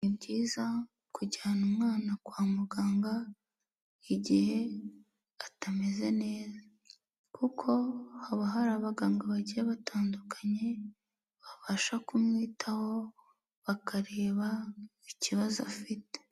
Ni byiza kujyana umwana kwa muganga igihe atameze neza kuko haba hari abaganga bagiye batandukanye, babasha kumwitaho bakareba ikibazo afite.